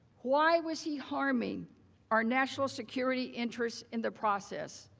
why was he harming our national security interest in the process?